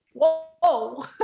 whoa